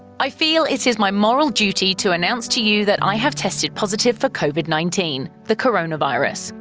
i feel it is my moral duty to announce to you that i have tested positive for covid nineteen, the coronavirus.